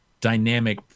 dynamic